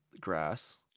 grass